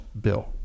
bill